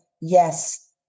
yes